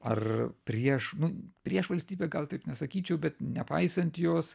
ar prieš nu prieš valstybę gal taip nesakyčiau bet nepaisant jos